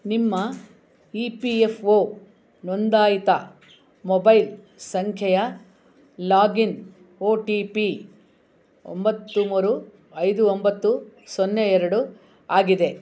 ನಿಮ್ಮ E P F O ನೋಂದಾಯಿತ mobile ಸಂಖ್ಯೆಯ ಲಾಗಿನ್ ಓ ಟಿ ಪಿ ಒಂಬತ್ತು ಮೂರು ಐದು ಒಂಬತ್ತು ಸೊನ್ನೆ ಎರಡು ಆಗಿದೆ